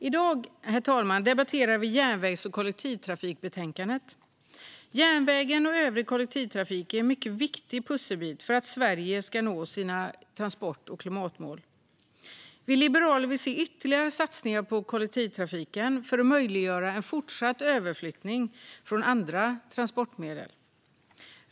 I dag, herr talman, debatterar vi järnvägs och kollektivtrafikbetänkandet. Järnvägen och övrig kollektivtrafik är en mycket viktig pusselbit för att Sverige ska nå sina transport och klimatmål. Vi liberaler vill se ytterligare satsningar på kollektivtrafiken för att möjliggöra en fortsatt överflyttning från andra transportmedel.